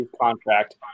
contract